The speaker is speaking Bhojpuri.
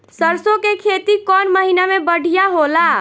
सरसों के खेती कौन महीना में बढ़िया होला?